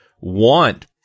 want